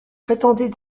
prétendait